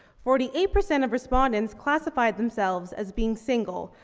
forty eight percent of respondents classified themselves as being single,